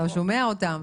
אתה שומע אותם.